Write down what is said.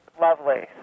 lovely